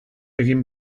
egin